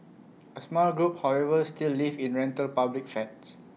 A small group however still live in rental public flats